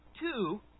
two